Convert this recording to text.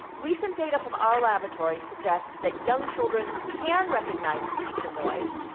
recent data from our laboratory suggests that young children can recognise speech and noise,